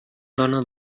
dóna